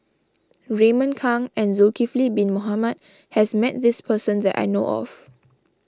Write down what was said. Raymond Kang and Zulkifli Bin Mohamed has met this person that I know of